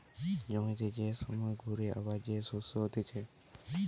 জমিতে যে সময় ঘুরে আবার যে শস্য হতিছে